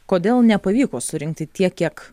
kodėl nepavyko surinkti tiek kiek